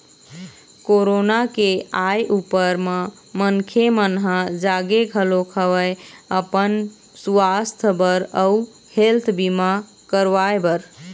corona के आय ऊपर म मनखे मन ह जागे घलोक हवय अपन सुवास्थ बर अउ हेल्थ बीमा करवाय बर